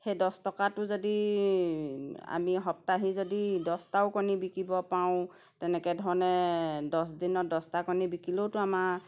সেই দহ টকাটো যদি আমি সপ্তাহি যদি দহটাও কণী বিকিব পাওঁ তেনেকৈ ধৰণে দহ দিনত দহটা কণী বিকিলেওতো আমাৰ